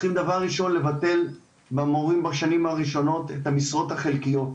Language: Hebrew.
צריכים דבר ראשון לבטל למורים בשנים הראשונות את המשרות החלקיות.